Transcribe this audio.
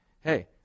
Hey